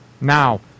Now